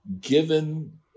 given